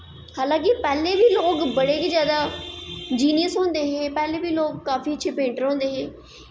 मतलव कि पैह्लैं जेह्की होग बड़ी गै जादा जिनियस होंदे हे लोग काफी अच्छे पेंटर होंदे हे